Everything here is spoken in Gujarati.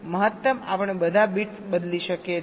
મહત્તમ આપણે બધા બિટ્સ બદલી શકીએ છીએ